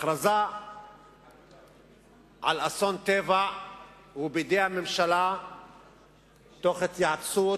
הכרזה על אסון טבע היא בידי הממשלה תוך התייעצות